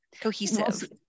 cohesive